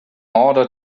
order